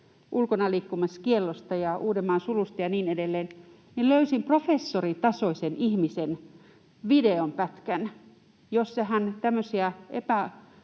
ulkonaliikkumiskiellosta ja Uudenmaan sulusta ja niin edelleen, löysin professoritasoisen ihmisen videonpätkän, jossa hän tämmöisiä